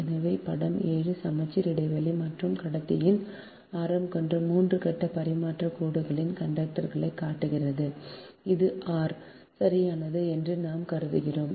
எனவே படம் 7 சமச்சீர் இடைவெளி மற்றும் கடத்தியின் ஆரம் கொண்ட 3 கட்ட பரிமாற்றக் கோட்டின் கண்டக்டர்களைக் காட்டுகிறது அது r சரியானது என்று நாம் கருதுகிறோம்